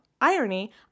irony